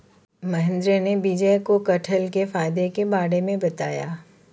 महेंद्र ने विजय को कठहल के फायदे के बारे में बताया